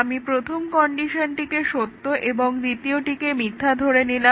আমি প্রথম কন্ডিশনটিকে সত্য এবং দ্বিতীয়টিকে মিথ্যা ধরে নিলাম